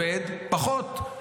עובד פחות שעות,